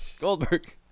Goldberg